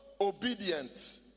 obedient